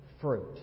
fruit